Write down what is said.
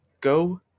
Go